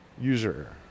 User